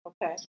Okay